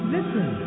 Listen